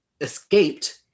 escaped